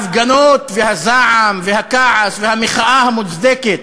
בעקבות ההפגנות, והזעם, והכעס, והמחאה המוצדקת